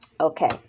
Okay